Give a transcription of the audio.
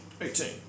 Eighteen